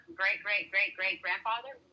great-great-great-great-grandfather